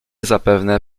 zapewne